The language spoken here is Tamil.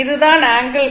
இது தான் ஆங்கிள் ϕ